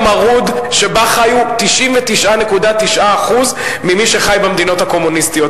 העוני המרוד שבו חיו 99.9% ממי שחי במדינות הקומוניסטיות.